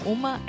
Uma